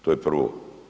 To je prvo.